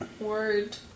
word